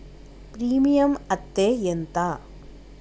Premium అత్తే ఎంత?